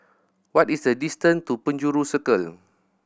what is the distance to Penjuru Circle